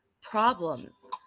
problems